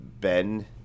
Ben